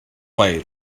fire